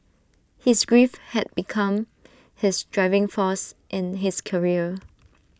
his grief had become his driving force in his career